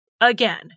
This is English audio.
Again